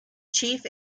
chief